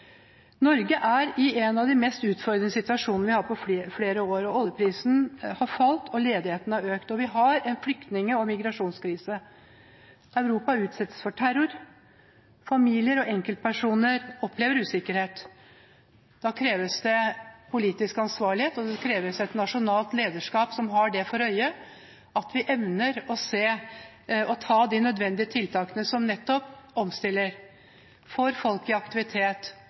Norge er i en av de mest utfordrende situasjonene vi har hatt på flere år. Oljeprisen har falt, ledigheten har økt, og vi har en flyktning- og migrasjonskrise. Europa utsettes for terror, familier og enkeltpersoner opplever usikkerhet. Da kreves det politisk ansvarlighet, og det kreves et nasjonalt lederskap som har det for øye at vi evner å se og gjøre de nødvendige tiltakene som nettopp omstiller, får folk i aktivitet